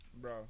Bro